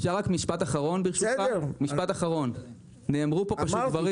משפט אחרון: נאמרו פה דברים,